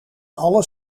alle